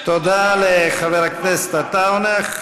תודה לחבר הכנסת עטאונה.